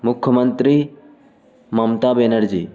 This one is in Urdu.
مکھ منتری ممتا بینرجی